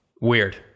Weird